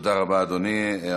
תודה.) תודה רבה, אדוני.